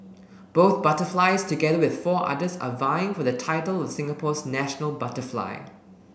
both butterflies together with four others are vying for the title of Singapore's national butterfly